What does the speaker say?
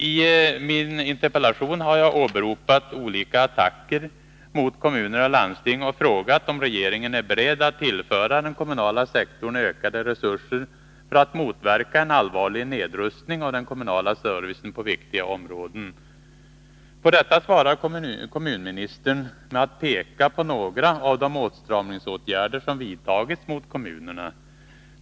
I min interpellation har jag åberopat olika attacker mot kommuner och landsting och frågat om regeringen är beredd att tillföra den kommunala sektorn ökade resurser för att motverka en allvarlig nedrustning av den kommunala servicen på viktiga områden. På detta svarar kommunministern med att peka på några av de åtstramningsåtgärder som vidtagits mot kommunerna.